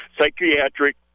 psychiatric